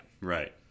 Right